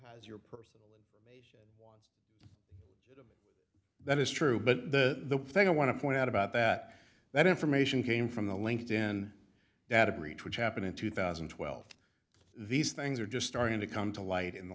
is your purse that is true but the thing i want to point out about that that information came from the linked in data breach which happened in two thousand and twelve these things are just starting to come to light in the